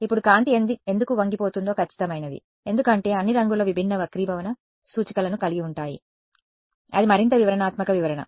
ఇప్పుడు కాంతి ఎందుకు వంగిపోతుందో ఖచ్చితమైనది ఎందుకంటే అన్ని రంగులు విభిన్న వక్రీభవన సూచికలను కలిగి ఉంటాయి అది మరింత వివరణాత్మక వివరణ